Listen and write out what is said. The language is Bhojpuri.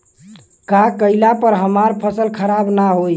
का कइला पर हमार फसल खराब ना होयी?